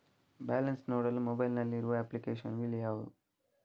Balance ನೋಡಲು mobile ನಲ್ಲಿ ಇರುವ ಅಪ್ಲಿಕೇಶನ್ ಗಳು ಯಾವುವು?